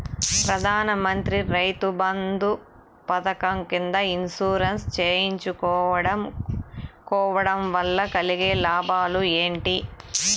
ప్రధాన మంత్రి రైతు బంధు పథకం కింద ఇన్సూరెన్సు చేయించుకోవడం కోవడం వల్ల కలిగే లాభాలు ఏంటి?